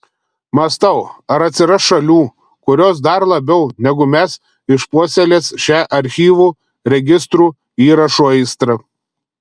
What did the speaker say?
mąstau ar atsiras šalių kurios dar labiau negu mes išpuoselės šią archyvų registrų įrašų aistrą